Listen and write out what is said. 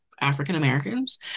African-Americans